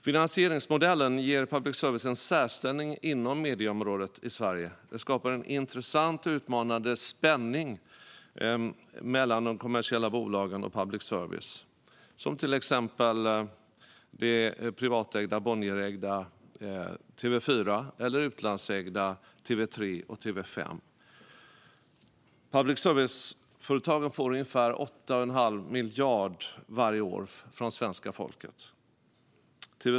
Finansieringsmodellen ger public service en särställning inom medieområdet i Sverige. Det skapar en intressant och utmanande spänning mellan public service och de kommersiella bolagen, till exempel det privata Bonnierägda TV4 eller de utlandsägda TV3 och TV5. Public service-företagen får ungefär 8 1⁄2 miljard varje år från svenska folket.